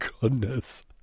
goodness